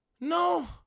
No